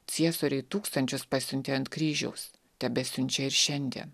ciesoriai tūkstančius pasiuntė ant kryžiaus tebesiunčia ir šiandien